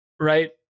right